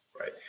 Right